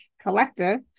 Collective